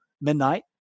midnight